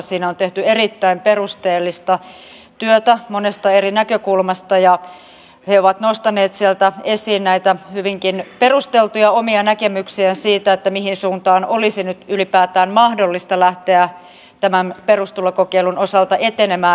siinä on tehty erittäin perusteellista työtä monesta eri näkökulmasta ja he ovat nostaneet sieltä esiin näitä hyvinkin perusteltuja omia näkemyksiään siitä mihin suuntaan olisi nyt ylipäätään mahdollista lähteä tämän perustulokokeilun osalta etenemään